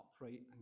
upright